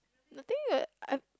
I think the I